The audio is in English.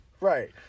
Right